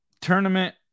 tournament